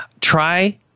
Try